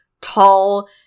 tall